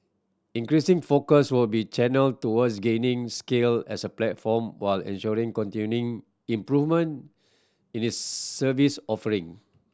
increasing focus will be channelled towards gaining scale as a platform while ensuring continuing improvement in its service offering